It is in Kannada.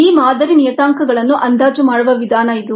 ಈ ಮಾದರಿ ನಿಯತಾಂಕಗಳನ್ನು ಅಂದಾಜು ಮಾಡುವ ವಿಧಾನ ಇದು